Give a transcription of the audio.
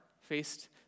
faced